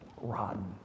rotten